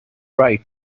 right